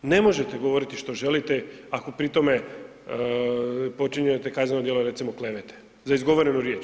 Ne možete govoriti što želite ali pri tome počinite kazneno djelo recimo klevete, za izgovorenu riječ.